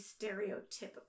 stereotypical